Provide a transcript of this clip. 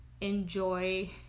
enjoy